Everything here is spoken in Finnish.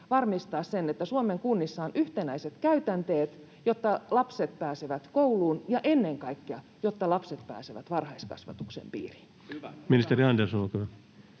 varmistaa sen, että Suomen kunnissa on yhtenäiset käytänteet, jotta lapset pääsevät kouluun ja jotta lapset pääsevät ennen kaikkea varhaiskasvatuksen piiriin?